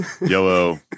yellow